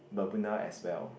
bermuda as well